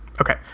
Okay